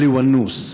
עלי ונוס,